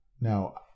Now